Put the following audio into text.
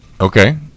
okay